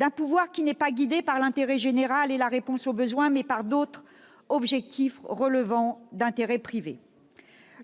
Un pouvoir qui n'est pas guidé par l'intérêt général et la réponse aux besoins, mais par d'autres objectifs relevant d'intérêts privés.